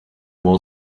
wall